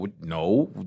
no